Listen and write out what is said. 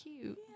cute